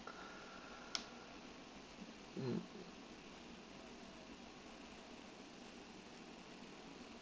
mm